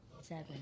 seven